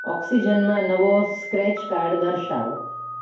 ઓક્સિજનમાં નવો scratch card દર્શાવો